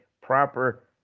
proper